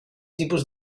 tipus